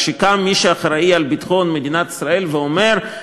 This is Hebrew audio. כשקם מי שאחראי לביטחון מדינת ישראל ואומר: